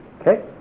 okay